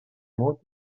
mut